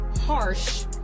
harsh